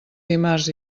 dimarts